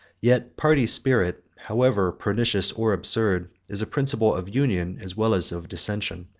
yet party spirit, however pernicious or absurd, is a principle of union as well as of dissension.